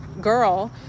girl